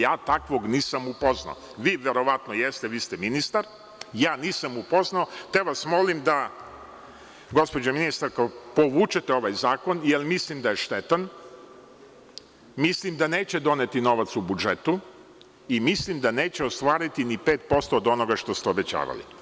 Ja takvog nisam upoznao, vi verovatno jeste, vi ste ministar, ja nisam upoznao, te vas molim gospođo ministarka, da povučete ovaj zakon, jer mislim da je štetan, mislim da neće doneti novac u budžet i mislim da neće ostvariti ni 5% od onoga što ste obećavali.